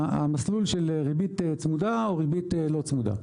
מהמסלול של ריבית צמודה או ריבית לא צמודה.